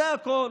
זה הכול.